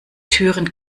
türen